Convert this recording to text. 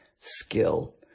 skill